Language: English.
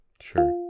Sure